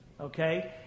okay